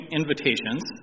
invitations